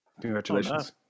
Congratulations